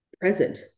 present